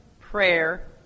prayer